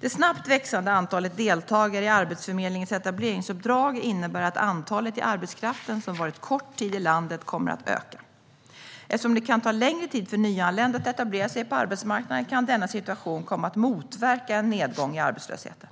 Det snabbt växande antalet deltagare i Arbetsförmedlingens etableringsuppdrag innebär att antalet i arbetskraften som varit kort tid i landet kommer att öka. Eftersom det kan ta längre tid för nyanlända att etablera sig på arbetsmarknaden kan denna situation komma att motverka en nedgång i arbetslösheten.